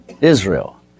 Israel